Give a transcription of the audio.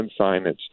signage